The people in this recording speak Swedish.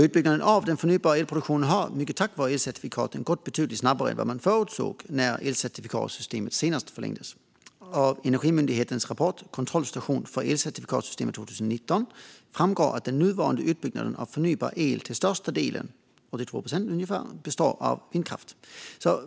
Utbyggnaden av den förnybara elproduktionen har, mycket tack vare elcertifikaten, gått betydligt snabbare än vad som förutsågs när elcertifikatssystemet senast förlängdes. Av Energimyndighetens rapport Kontrollstation för elcertifikatsystemet 2019 framgår att den nuvarande utbyggnaden av förnybar el till största delen, ungefär 82 procent, består av vindkraft.